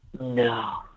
No